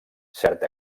cert